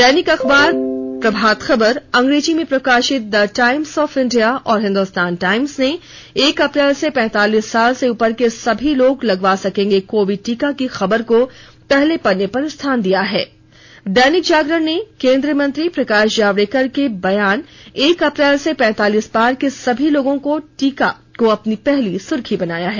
दैनिक अखबार प्रभात खबर अंग्रेजी में प्रकाशित द टाईम्स ऑफ इंडिया और हिन्दुस्तान टाईम्स ने एक अप्रैल से पैंतालीस साल से उपर के सभी लोग लगवा सकेंगें कोविड टीका की खबर को पहले पन्ने पर स्थान दिया की है दैनिक जागरण ने केन्द्रीय मंत्री प्रकाश जावडेकर के बयान एक अप्रैल से पैंतालीस पार के सभी लोगों को टीका को अपनी पहली सुर्खी बनाया है